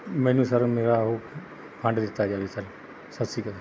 ਮੈਨੂੰ ਸਰ ਮੇਰਾ ਉਹ ਫੰਡ ਦਿੱਤਾ ਜਾਵੇ ਸਰ ਸਤਿ ਸ਼੍ਰੀ ਅਕਾਲ